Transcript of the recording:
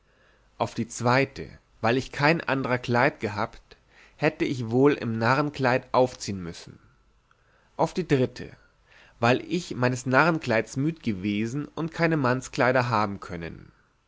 auf die zweite weil ich kein ander kleid gehabt hätte ich wohl im narrnkleid aufziehen müssen auf die dritte weil ich meines narrnkleids müd gewesen und keine mannskleider haben können